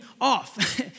off